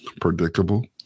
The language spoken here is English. predictable